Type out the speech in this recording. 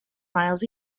miles